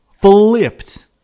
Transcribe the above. Flipped